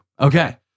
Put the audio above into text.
Okay